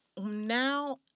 now